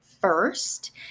first